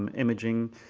um imaging